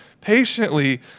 patiently